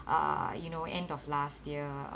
uh you know end of last year